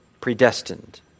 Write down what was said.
predestined